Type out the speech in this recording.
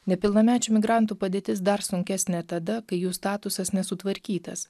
nepilnamečių migrantų padėtis dar sunkesnė tada kai jų statusas nesutvarkytas